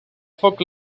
foc